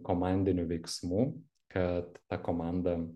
komandinių veiksmų kad komanda